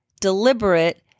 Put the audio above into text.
deliberate